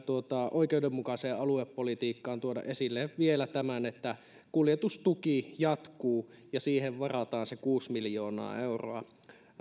oikeudenmukaiseen aluepolitiikkaan tuoda esille vielä tämän että kuljetustuki jatkuu ja siihen varataan se kuusi miljoonaa euroa